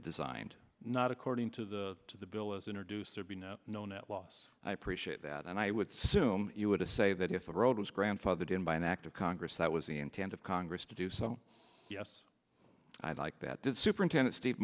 designed not according to the to the bill is introduced to be no net loss i appreciate that and i would sumed you were to say that if the road was grandfathered in by an act of congress that was the intent of congress to do so yes i'd like that the superintendent steve